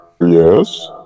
Yes